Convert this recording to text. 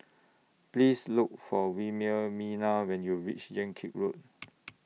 Please Look For Wilhelmina when YOU REACH Yan Kit Road